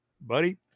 Buddy